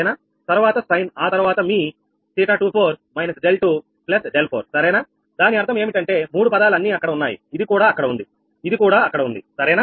తర్వాత సైన్ ఆ తర్వాత మీ 𝜃24 − 𝛿2 𝛿4 సరేనా దాని అర్థం ఏమిటంటే మూడు పదాలు అన్నీ అక్కడ ఉన్నాయి ఇది కూడా అక్కడ ఉంది ఇది కూడా అక్కడ ఉంది సరేనా